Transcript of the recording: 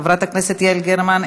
חברת הכנסת יעל גרמן,